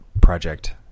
project